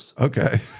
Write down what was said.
Okay